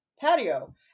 patio